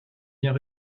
bien